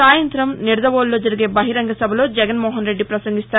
సాయంత్రం నిడదవోలులో జరిగే బహిరంగ సభలో జగన్మోహన్ రెడ్డి పసంగిస్తారు